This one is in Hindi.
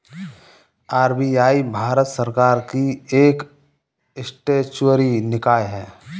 आर.बी.आई भारत सरकार की एक स्टेचुअरी निकाय है